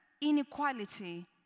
inequality